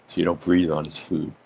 you don't breathe on his food.